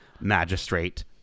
Magistrate